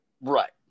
Right